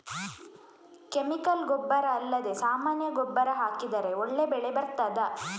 Chemical ಗೊಬ್ಬರ ಅಲ್ಲದೆ ಸಾಮಾನ್ಯ ಗೊಬ್ಬರ ಹಾಕಿದರೆ ಒಳ್ಳೆ ಬೆಳೆ ಬರ್ತದಾ?